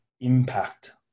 impact